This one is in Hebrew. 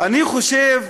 אני חושב